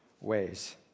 ways